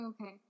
Okay